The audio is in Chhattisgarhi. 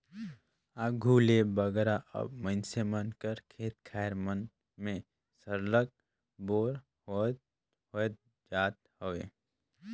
आघु ले बगरा अब मइनसे मन कर खेत खाएर मन में सरलग बोर होवत जात हवे